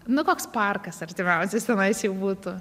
nu koks parkas artimiausias tenais jau būtų